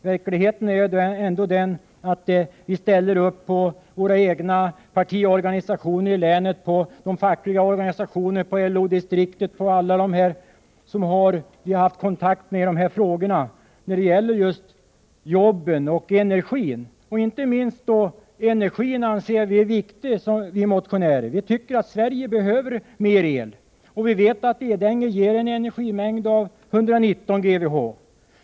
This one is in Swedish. Verkligheten är att vi ställer upp på våra egna partiorganisationer i länet, på de fackliga organisationerna, på LO-distriktet och på alla dem som vi har haft kontakt med när det gäller jobben och energin. Inte minst energin anser vi motionärer vara viktig. Vi tycker att Sverige behöver mer el. Vi vet att Edänge ger en energimängd av 119 GWh.